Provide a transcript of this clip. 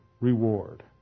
reward